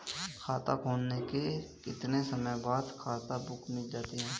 खाता खुलने के कितने समय बाद खाता बुक मिल जाती है?